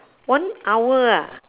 one hour ah